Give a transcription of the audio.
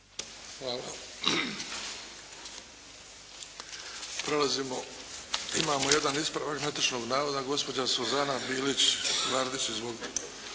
Hvala.